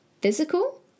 Physical